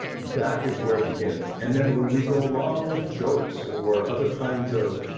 that is where it begins and then when we go along with jokes or other kinds of,